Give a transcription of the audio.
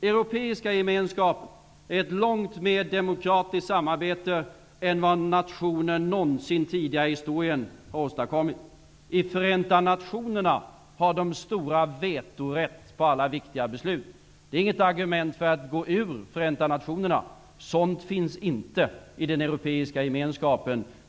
Europeiska gemenskapen är ett långt mer demokratiskt samarbete än vad nationen någonsin tidigare i historien har åstadkommit. I Förenta nationerna har de stora vetorätt i alla viktiga beslut. Det är inget argument för att gå ur Förenta nationerna. Sådant finns inte i den europeiska gemenskapen.